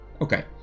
Okay